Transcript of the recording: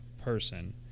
person